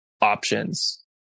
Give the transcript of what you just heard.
options